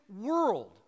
world